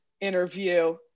interview